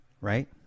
right